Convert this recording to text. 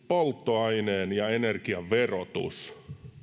polttoaineen ja energian verotus